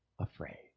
afraid